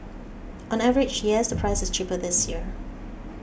on average yes the price is cheaper this year